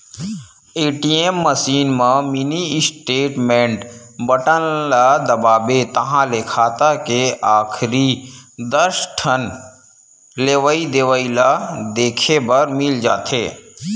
ATM machine म mini statement button ल दबाबे ताहाँले खाता के आखरी दस ठन लेवइ देवइ ल देखे बर मिल जाथे